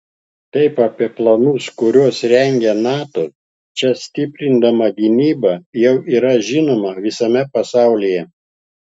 tai apie planus kuriuos rengia nato čia stiprindama gynybą jau yra žinoma visame pasaulyje